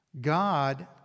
God